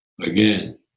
again